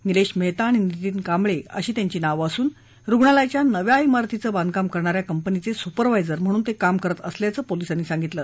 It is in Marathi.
निलेश मेहता आणि नितीन कांबळे अशी त्यांनी नावं असून रुग्णालयाच्या नव्या इमारतीचं बांधकाम करणा या कंपनीचे सुपरवायझर म्हणून ते काम करत असल्याचं पोलिसांनी सांगितलं